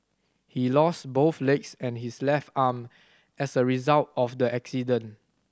he lost both legs and his left arm as a result of the accident